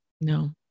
No